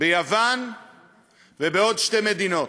ביוון ובעוד שתי מדינות.